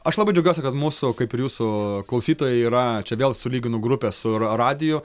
aš labai džiaugiuosi kad mūsų kaip ir jūsų klausytojai yra čia vėl sulyginu grupę su radiju